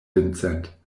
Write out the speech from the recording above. vincent